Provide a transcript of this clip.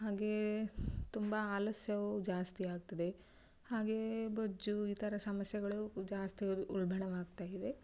ಹಾಗೆ ತುಂಬ ಆಲಸ್ಯವು ಜಾಸ್ತಿಯಾಗ್ತದೆ ಹಾಗೆಯೇ ಬೊಜ್ಜು ಈ ಥರ ಸಮಸ್ಯೆಗಳು ಜಾಸ್ತಿ ಉಲ್ಬಣವಾಗ್ತಾ ಇದೆ